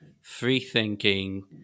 free-thinking